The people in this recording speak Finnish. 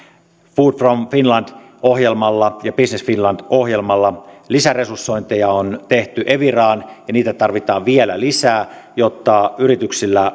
food from finland ohjelmalla ja business finland ohjelmalla lisäresursointeja on tehty eviraan ja niitä tarvitaan vielä lisää jotta yrityksillä